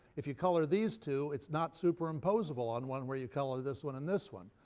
if you color these two it's not superimposable on one where you color this one and this one.